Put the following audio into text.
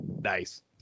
Nice